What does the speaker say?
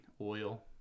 oil